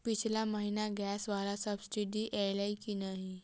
पिछला महीना गैस वला सब्सिडी ऐलई की नहि?